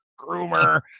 groomer